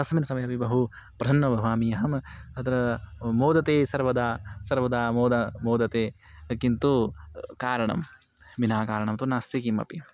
तस्मिन् समये अपि बहु प्रसन्नः भवामि अहम् अत्र मोदे सर्वदा सर्वदा मोदे मोदे किन्तु कारणं विनाकारणं तु नास्ति किमपि